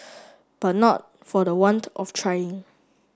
but not for the want of trying